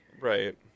right